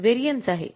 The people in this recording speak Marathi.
कि हे वारिअन्स आहे